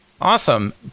Awesome